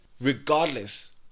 regardless